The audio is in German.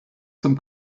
zum